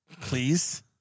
please